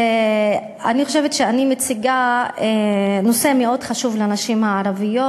אני חושבת שאני מציגה נושא מאוד חשוב לנשים הערביות,